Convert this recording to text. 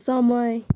समय